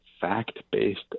fact-based